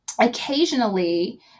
occasionally